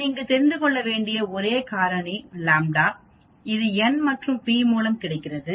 நான் இங்கு தெரிந்து கொள்ள வேண்டிய ஒரே காரணி லாம்ப்டா இது n மற்றும் p மூலம் கிடைக்கிறது